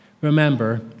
Remember